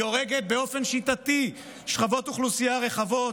היא הורגת באופן שיטתי שכבות אוכלוסייה רחבות: